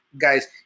guys